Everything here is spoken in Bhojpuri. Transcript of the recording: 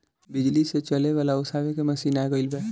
बिजली से चले वाला ओसावे के मशीन आ गइल बा